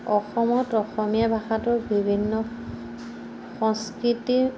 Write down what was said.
অসমত অসমীয়া ভাষাটো বিভিন্ন সংস্কৃতিৰ